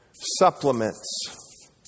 supplements